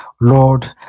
Lord